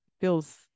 feels